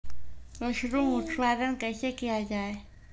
Mushroom उत्पादन कैसे किया जाय?